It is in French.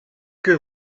que